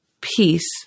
peace